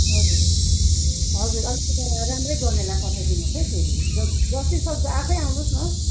हजुर हजुर अलिकति राम्रै गर्नेलाई पठाइदिनु होस् है फेरि जत जति सक्दो आफैँ आउनु होस् न